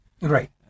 right